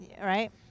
right